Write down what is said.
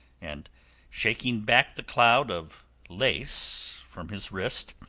and shaking back the cloud of lace from his wrist,